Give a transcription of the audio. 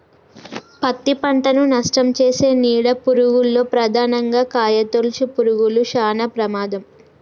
పత్తి పంటను నష్టంచేసే నీడ పురుగుల్లో ప్రధానంగా కాయతొలుచు పురుగులు శానా ప్రమాదం